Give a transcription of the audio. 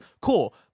Cool